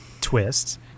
twists